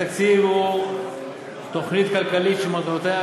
התקציב הוא תוכנית כלכלית שמטרותיה